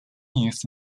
use